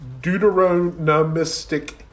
Deuteronomistic